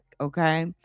okay